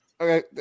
Okay